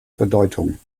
bedeutung